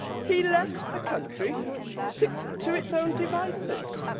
he left the country to to its own devices.